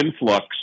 influx